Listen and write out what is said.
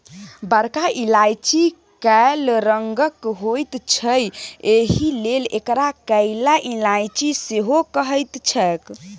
बरका इलायची कैल रंगक होइत छै एहिलेल एकरा कैला इलायची सेहो कहैत छैक